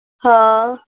हां